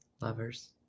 lovers